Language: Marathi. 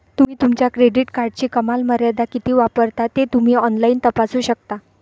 तुम्ही तुमच्या क्रेडिट कार्डची कमाल मर्यादा किती वापरता ते तुम्ही ऑनलाइन तपासू शकता